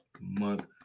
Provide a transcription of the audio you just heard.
Month